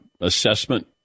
assessment